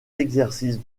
exercice